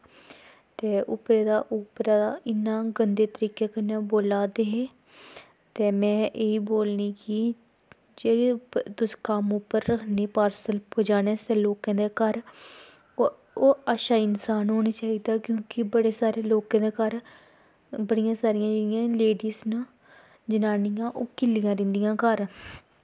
ते उप्परा दा इन्ने गंदे तरीके कन्नै बोल्ला दे हे ते में एही बोलनी कि जेह्के तुस कम्म पर रक्खने पार्स्ल पजानै आस्तै लोकैं दै घर ओह् अच्छा इंसान होना चाहिदा क्योंकि बड़े सारें लोकैं दै घर बड़ियां सारियां जेह्ड़ियां लेडिस न जनानियां ओह् कल्लियां रौंह्दियां घर